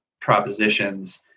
propositions